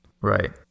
right